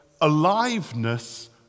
aliveness